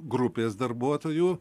grupės darbuotojų